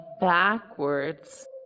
backwards